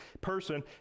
person